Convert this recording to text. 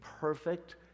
perfect